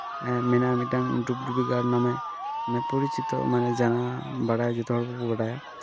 ᱢᱮᱱᱟᱜᱼᱟ ᱢᱤᱫᱴᱟᱝ ᱰᱩᱵᱽᱰᱩᱵᱤ ᱜᱟᱲ ᱱᱟᱢᱮ ᱢᱟᱱᱮ ᱯᱚᱨᱤᱪᱤᱛᱚ ᱢᱟᱱᱮ ᱡᱟᱭᱜᱟ ᱵᱟᱲᱟᱭ ᱡᱚᱛᱚ ᱦᱚᱲ ᱜᱮᱠᱚ ᱵᱟᱰᱟᱭᱟ